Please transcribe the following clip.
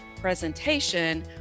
presentation